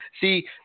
see